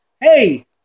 hey